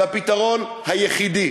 זה הפתרון היחיד.